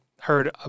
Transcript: heard